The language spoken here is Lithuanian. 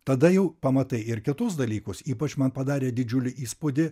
tada jau pamatai ir kitus dalykus ypač man padarė didžiulį įspūdį